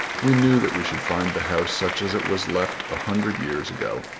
we knew that we should find the house such as it was left a hundred years ago.